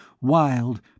wild